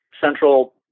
central